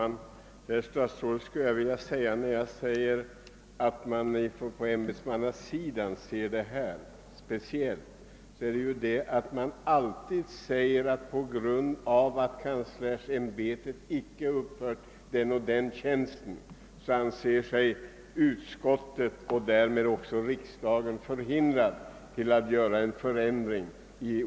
Herr talman! Ja, jag sade att det är tjänstemän som gör prioriteringen. Då menade jag, att när man inom kanslersämbetet inte uppför den och den tjänsten, så anser sig utskottet och riksdagen också förhindrade att vidta någon ändring.